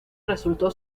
resultó